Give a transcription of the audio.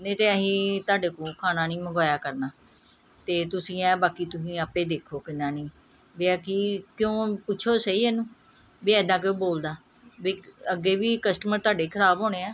ਨਹੀਂ ਤਾਂ ਅਸੀਂ ਤੁਹਾਡੇ ਕੋਲ ਖਾਣਾ ਨਹੀਂ ਮੰਗਵਾਇਆ ਕਰਨਾ ਅਤੇ ਤੁਸੀਂ ਇਹ ਬਾਕੀ ਤੁਸੀਂ ਆਪੇ ਦੇਖੋ ਕਿੰਨਾ ਨਹੀਂ ਵੀ ਆਹ ਕੀ ਕਿਉਂ ਪੁੱਛੋ ਸਹੀ ਇਹਨੂੰ ਵੀ ਐਦਾਂ ਕਿਉਂ ਬੋਲਦਾਂ ਵੀ ਅੱਗੇ ਵੀ ਕਸਟਮਰ ਤੁਹਾਡੇ ਖਰਾਬ ਹੋਣੇ ਹੈ